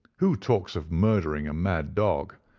who talks of murdering a mad dog?